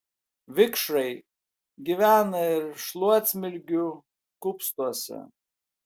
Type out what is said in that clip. vikšrai gyvena ir šluotsmilgių kupstuose